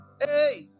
Hey